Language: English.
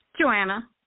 Joanna